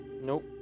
Nope